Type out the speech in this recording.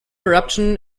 eruption